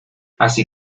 así